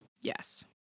Yes